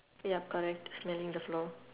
yup correct smelling the floor